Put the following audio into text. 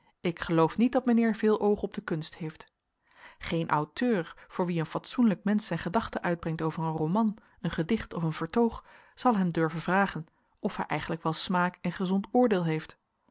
ik geloof niet dat mijnheer veel oog op de kunst heeft geen auteur voor wien een fatsoenlijk mensch zijn gedachten uitbrengt over een roman een gedicht of een vertoog zal hem durven vragen of hij eigenlijk wel smaak en gezond oordeel heeft